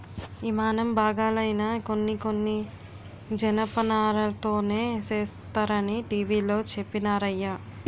యిమానం బాగాలైనా కొన్ని కొన్ని జనపనారతోనే సేస్తరనీ టీ.వి లో చెప్పినారయ్య